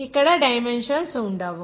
ఇక్కడ డైమెన్షన్స్ ఉండవు